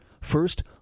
First